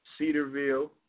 Cedarville